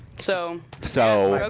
so? so.